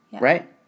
right